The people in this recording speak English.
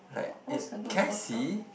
like eh can I see